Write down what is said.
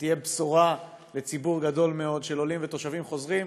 ותהיה בשורה לציבור גדול מאוד של עולים ותושבים חוזרים,